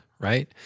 right